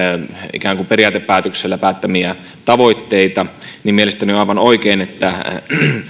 ikään kuin periaatepäätöksellä päättämiä tavoitteita niin mielestäni on aivan oikein että